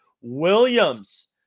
Williams